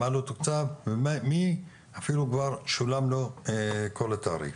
מה לא תוקצב ומי אפילו שולם לו כל התעריף.